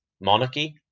monarchy